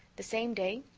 the same day,